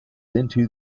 into